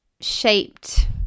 shaped